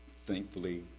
Thankfully